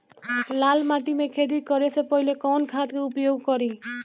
लाल माटी में खेती करे से पहिले कवन खाद के उपयोग करीं?